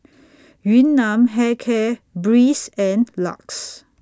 Yun Nam Hair Care Breeze and LUX